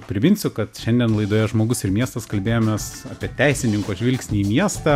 priminsiu kad šiandien laidoje žmogus ir miestas kalbėjomės apie teisininko žvilgsnį į miestą